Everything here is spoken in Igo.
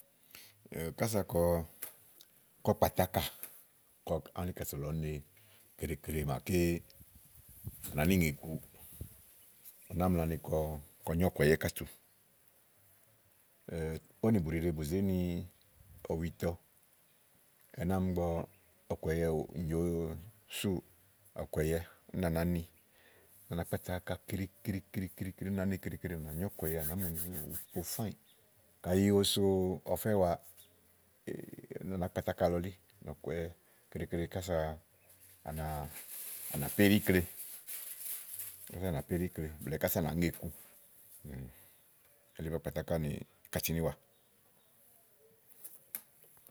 kása kɔ, kɔ̀ kpatà ákà kɔ ánìkatù lɔ ɔ̀ ne keɖe keɖe màaké fènìà níìnyìku, à náa nyo ɔ̀kɔ̀yɛ íkàtù. ówò nì bùɖìɖe bù zé ni ɔwitɔ ɛnɛ́ àámi ígbɔ ɔ̀kɔ̀yɛ nyòo súù, ɔ̀kɔ̀yɛ úni à nàá ni úni à nàá kpatà áka ú nàá ne keɖe keɖe keɖe keɖe, ú nàá ne keɖe à nà nyó ɔ̀kɔ̀yɛ à nàá mu ni ùpo fáànyì. kayi òó so ɔfɛ́ waa, úni à nàá kpatà áka lɔ elí nɔ̀kɔ̀yɛ keɖe keɖe kása, à nà, à nàá ke íkle úni à nà péɖi íkle blɛ̀ɛ kása à nàá ŋe iku elí ba kpàtà ákà nì íkàtù ínìwà